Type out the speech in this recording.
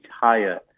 higher